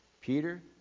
Peter